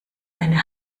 eine